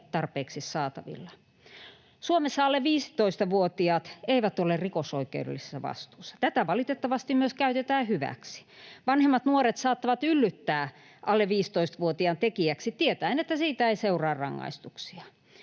tarpeeksi saatavilla. Suomessa alle 15-vuotiaat eivät ole rikosoikeudellisessa vastuussa. Tätä valitettavasti myös käytetään hyväksi. Vanhemmat nuoret saattavat yllyttää alle 15-vuotiaan tekijäksi tietäen, että siitä ei seuraa rangaistuksia.